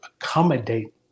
accommodate